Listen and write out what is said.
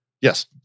yes